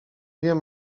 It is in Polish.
wiem